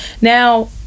Now